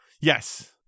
Yes